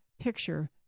picture